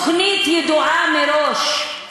זאת תוכנית ידועה מראש.